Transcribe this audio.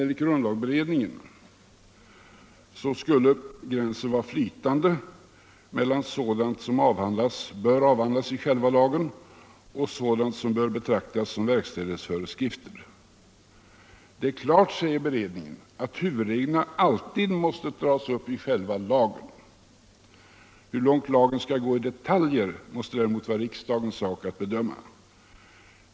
Enligt grundlagberedningen ”är gränsen flytande mellan sådant som bör avhandlas i själva lagen och sådant som bör betraktas som verkställighetsföreskrifter”. Det är klart, säger beredningen, ”att huvudreglerna alltid måste tas upp i själva lagen. Hur långt lagen skall gå i detaljer måste däremot vara riksdagens sak att bedöma.